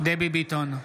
דבי ביטון,